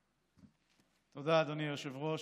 תודה, אדוני היושב-ראש.